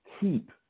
keep